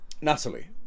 Natalie